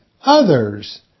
others